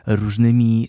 różnymi